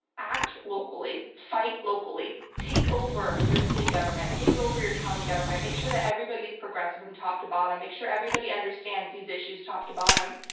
act locally, fight locally, take over your city government, take over your county government. make sure that everybody is progressive from top to bottom. make sure everybody understands these issues top to bottom.